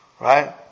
Right